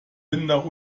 winter